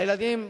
אדוני השר,